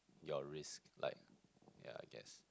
your risk yeah like I guess